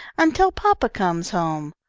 until papa comes home.